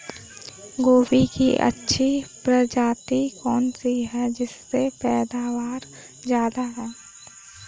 गोभी की अच्छी प्रजाति कौन सी है जिससे पैदावार ज्यादा हो?